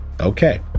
Okay